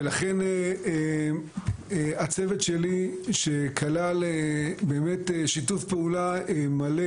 ולכן הצוות שלי שכלל באמת שיתוף פעולה מלא